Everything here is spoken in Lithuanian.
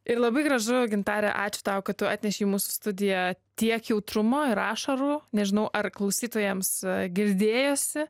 ir labai gražu gintare ačiū tau kad tu atnešei į mūsų studiją tiek jautrumo ir ašarų nežinau ar klausytojams girdėjosi